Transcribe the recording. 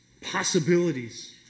possibilities